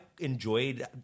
enjoyed